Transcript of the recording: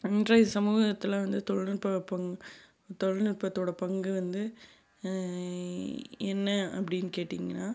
இன்றைய சமூகத்தில் வந்து தொழிநுட்பம் பங் தொழில்நுட்பத்தோடய பங்கு வந்து என்ன அப்படினு கேட்டிங்கன்னால்